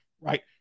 right